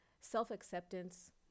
self-acceptance